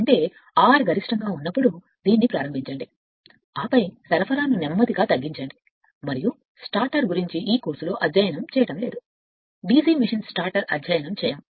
ఎప్పుడు అంటే ఏమిటి అంటే R గరిష్టంగా ఉన్న చోట దీన్ని ప్రారంభించండి ఆపై సరఫరాను నెమ్మదిగా మరియు తగ్గించండి మరియు స్టార్టర్ గురించి ఈ కోర్సులో అధ్యయనం చేయకపోతే DC మెషిన్ స్టార్టర్ అధ్యయనం చేయము